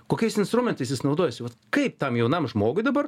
kokiais instrumentais jis naudojasi vat kaip tam jaunam žmogui dabar